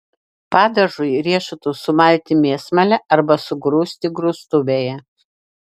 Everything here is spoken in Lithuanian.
padažui riešutus sumalti mėsmale arba sugrūsti grūstuvėje